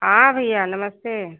हाँ भैया नमस्ते